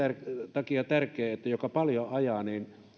takia tärkeää että jos paljon ajaa niin